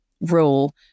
rule